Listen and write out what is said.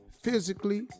physically